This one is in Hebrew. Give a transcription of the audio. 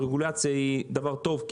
רגולציה היא דבר טוב,